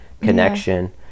connection